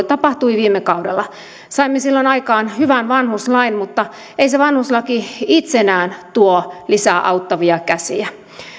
tapahtui viime kaudella saimme silloin aikaan hyvän vanhuslain mutta ei se vanhuslaki itsessään tuo lisää auttavia käsiä